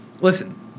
Listen